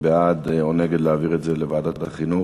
בעד או נגד להעביר את זה לוועדת החינוך.